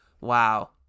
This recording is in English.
Wow